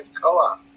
Co-op